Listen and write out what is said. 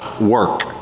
work